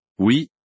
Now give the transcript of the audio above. Oui